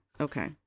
Okay